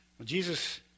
Jesus